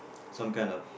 some kind of